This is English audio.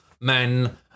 men